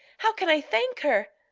how can i thank her?